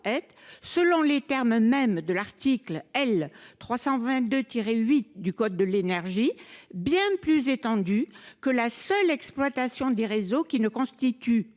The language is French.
est, selon les termes mêmes de l’article L. 322 8 du code de l’énergie, bien plus étendue que la seule exploitation des réseaux qui ne constitue